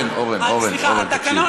אורן, אורן, אורן, תקשיב,